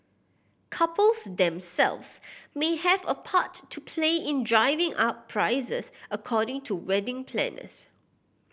couples themselves may have a part to play in driving up prices according to wedding planners